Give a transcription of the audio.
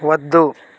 వద్దు